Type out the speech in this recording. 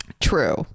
True